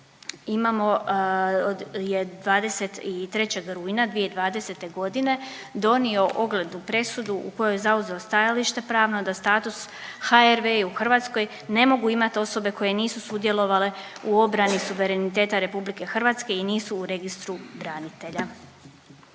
imamo od 23. rujna 2020.g. donio oglednu presudu u kojoj je zauzeo stajalište pravno da status HRVI u Hrvatskoj ne mogu imati osobe koje nisu sudjelovale u obrani suvereniteta RH i nisu u registru branitelja.